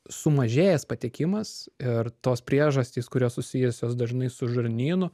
sumažėjęs patekimas ir tos priežastys kurios susijusios dažnai su žarnynu